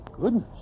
goodness